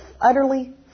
utterly